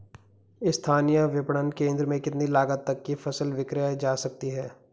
स्थानीय विपणन केंद्र में कितनी लागत तक कि फसल विक्रय जा सकती है?